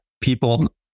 people